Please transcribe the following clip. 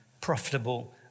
profitable